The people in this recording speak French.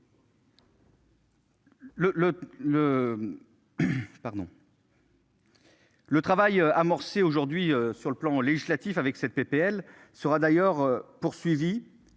Le travail amorcé aujourd'hui sur le plan législatif avec cette PPL sera d'ailleurs poursuivi